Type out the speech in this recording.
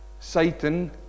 Satan